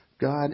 God